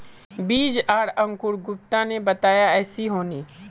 बीज आर अंकूर गुप्ता ने बताया ऐसी होनी?